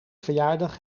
verjaardag